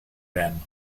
them